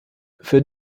für